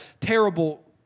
terrible